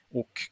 och